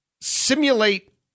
simulate